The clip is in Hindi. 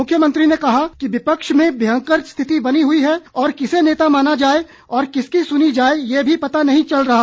मुख्यमंत्री ने कहा कि विपक्ष में भयंकर स्थिति बनी हुई है और किसे नेता माना जाए और किसकी सुनी जाए यह भी पता नहीं चल रहा